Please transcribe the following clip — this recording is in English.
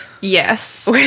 Yes